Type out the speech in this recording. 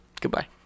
Goodbye